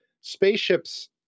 spaceships